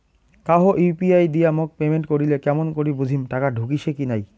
কাহো ইউ.পি.আই দিয়া মোক পেমেন্ট করিলে কেমন করি বুঝিম টাকা ঢুকিসে কি নাই?